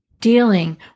Dealing